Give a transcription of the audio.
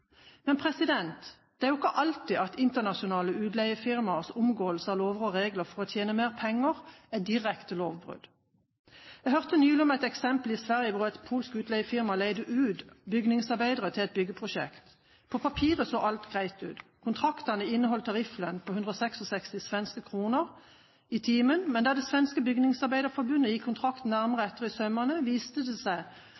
Det er ikke alltid internasjonale utleiefirmaers omgåelse av lover og regler for å tjene mer penger er direkte lovbrudd. Jeg hørte nylig om et eksempel i Sverige der et polsk utleiefirma leide ut bygningsarbeidere til et byggeprosjekt. På papiret så alt greit ut. Kontraktene inneholdt tarifflønn på 166 svenske kroner i timen. Men da det svenske bygningsarbeiderforbundet gikk kontraktene nærmere